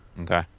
Okay